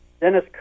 Dennis